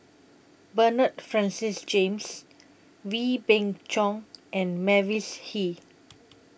Bernard Francis James Wee Beng Chong and Mavis Hee